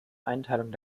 einteilung